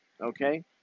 Okay